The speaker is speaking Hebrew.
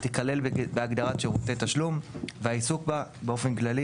תיכלל בהגדרת שירותי תשלום והעיסוק בה באופן כללי,